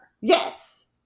yes